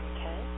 Okay